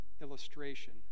illustration